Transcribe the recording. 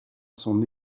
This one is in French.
son